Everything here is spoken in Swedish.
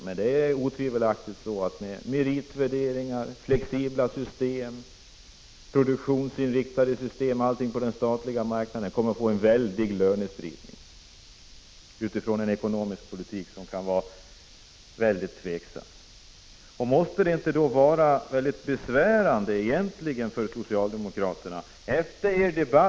Men det är otvivelaktigt att med meritvärderingar, flexibla och produktionsinriktade system osv. kommer vi att få en väldig lönespridning på det statliga området, utifrån en ekonomisk politik som kan vara ytterst tveksam. Måste det inte vara besvärande när socialdemokraterna, efter att ha vunnit — Prot.